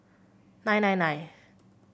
nine nine nine